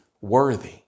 worthy